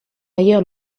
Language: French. ailleurs